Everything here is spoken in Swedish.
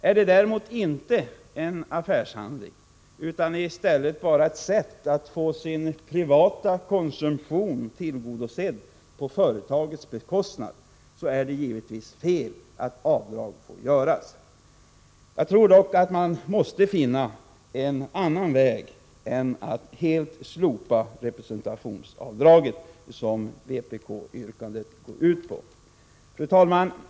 Är det däremot inte en affärshandling utan i stället bara ett sätt att få sin privata konsumtion tillgodosedd på företagets bekostnad, så är det givetvis fel att avdrag får göras. Jag tror dock att man måste finna en annan väg än att helt slopa representationsavdragen, vilket vpk-yrkandet går ut på. Fru talman!